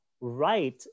right